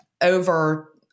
over